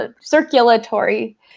circulatory